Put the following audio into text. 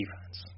defense